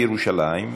בירושלים,